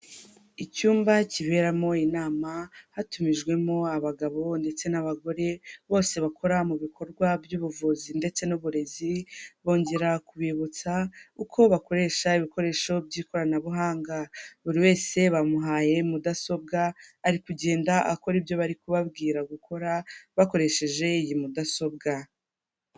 Icyumba kiberamo inama, hatumijwemo abagabo ndetse n'abagore, bose bakora mu bikorwa by'ubuvuzi ndetse n'uburezi, bongera kubibutsa uko bakoresha ibikoresho by'ikoranabuhanga. Buri wese bamuhaye mudasobwa, ari kugenda akora ibyo bari kubabwira gukora, bakoresheje iyi mudasobwa.